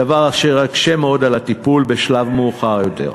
דבר שמקשה מאוד על הטיפול בשלב מאוחר יותר.